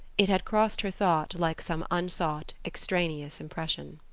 it had crossed her thought like some unsought, extraneous impression.